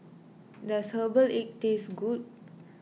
does Herbal Egg taste good